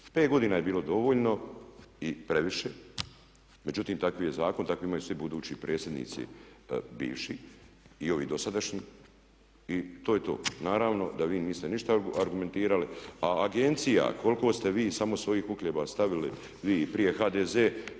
5 godina je bilo dovoljno i previše međutim takvi je zakon i tako imaju svi budući predsjednici, bivši i ovi dosadašnji i to je to. Naravno da vi niste ništa argumentirali. A agencija koliko ste vi samo svojih uhljeba stavili, vi i prije HDZ